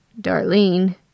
Darlene